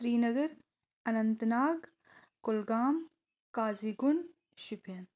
Srinagar Anantnag Kulgam Qazigund Shopian